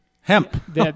hemp